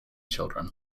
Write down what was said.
children